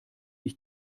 ich